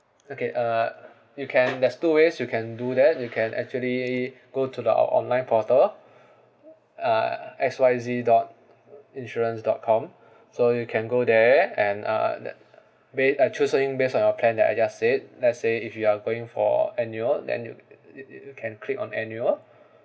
okay uh you can there's two ways you can do that you can actually go to the our online portal uh X Y Z dot insurance dot com so you can go there and uh ba~ uh choosing base on your plan that I just said let's say if you are going for annual then you you you can click on annual